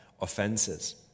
offenses